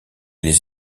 les